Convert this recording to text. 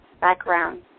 background